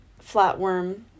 flatworm